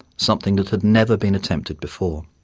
something that had never been attempted before.